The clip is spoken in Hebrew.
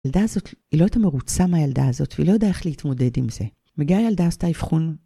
הילדה הזאת, היא לא יותר מרוצה מהילדה הזאת, והיא לא יודעת איך להתמודד עם זה. מגיעה הילדה, עשתה איבחון.